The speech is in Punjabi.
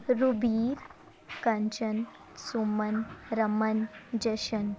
ਰੂਬੀਰ ਕੰਚਨ ਸੁਮਨ ਰਮਨ ਜਸ਼ਨ